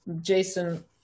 jason